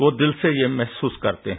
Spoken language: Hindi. वो दिल से यह महसूस करते हैं